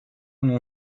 non